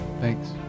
Thanks